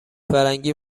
فرنگی